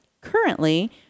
Currently